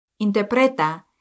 Interpreta